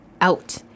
out